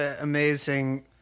amazing